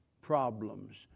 problems